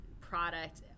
product